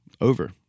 Over